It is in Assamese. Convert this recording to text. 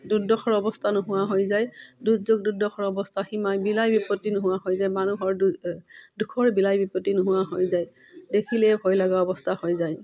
দুৰ্দশাৰ অৱস্থা নোহোৱা হৈ যায় দুৰ্যোগ দুৰ্দশাৰ অৱস্থা সীমাই বিলাই বিপত্তি নোহোৱা হৈ যায় মানুহৰ দুখৰ বিলাই বিপত্তি নোহোৱা হৈ যায় দেখিলেই ভয় লগা অৱস্থা হৈ যায়